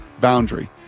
boundary